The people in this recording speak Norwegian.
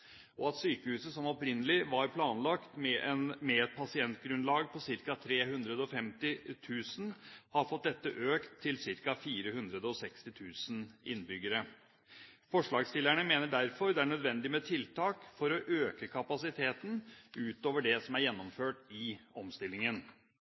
og at sykehuset, som opprinnelig var planlagt med et pasientgrunnlag på ca. 350 000, har fått dette økt til ca. 460 000. Forslagsstillerne mener derfor det er nødvendig med tiltak for å øke kapasiteten utover det som er